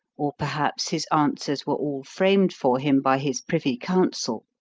or perhaps his answers were all framed for him by his privy council.